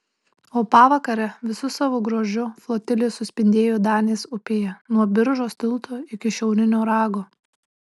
o pavakare visu savo grožiu flotilė suspindėjo danės upėje nuo biržos tilto iki šiaurinio rago